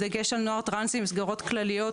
בדגש על נוער טרנסי עם מסגרות כלליות,